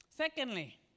Secondly